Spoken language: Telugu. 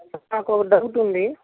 నాకొక డౌట్ ఉంది